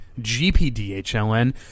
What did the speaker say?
GPDHLN